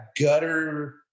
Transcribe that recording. gutter